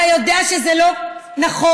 אתה יודע שזה לא נכון,